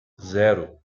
zero